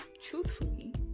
Truthfully